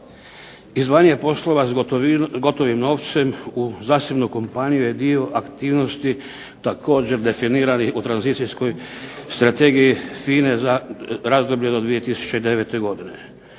Izdvajanje poslova s gotovim novcem u zasebnu kompaniju je dio aktivnosti također definiranih u tranzicijskoj strategiji FINA-e za razdoblje do 2009. godine.